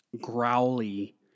growly